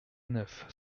neuf